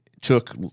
took